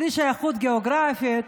בלי שייכות גיאוגרפית,